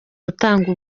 gutanga